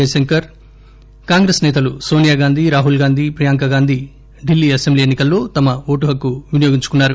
జైశంకర్ కాంగ్రెస్ నేతలు నోనియాగాంధీ రాహుల్ గాంధీ ప్రియాంకా గాంధీ ఢిల్లీ అసెంబ్లీ ఎన్సికల్లో తమ ఓటుహక్కు వినియోగించుకున్నారు